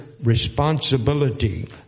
responsibility